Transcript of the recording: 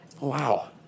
Wow